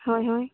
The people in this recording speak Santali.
ᱦᱳᱭ ᱦᱳᱭ